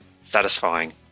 satisfying